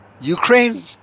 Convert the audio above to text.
Ukraine –